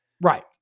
Right